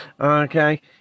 okay